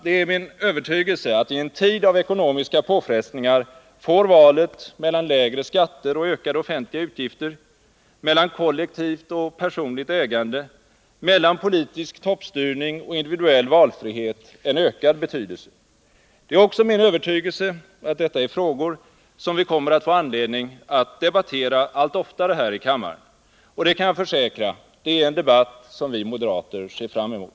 Det är min övertygelse att i en tid av ekonomiska påfrestningar får valet mellan lägre skatter och ökade offentliga utgifter, mellan kollektivt och personligt ägande, mellan politisk toppstyrning och individuell valfrihet en ökad betydelse. Det är också min övertygelse att detta är frågor som vi kommer att få anledning att debattera allt oftare här i kammaren. Och — det kan jag försäkra — det är en debatt som vi moderater ser fram emot.